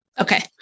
Okay